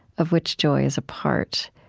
of which joy is a part,